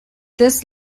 this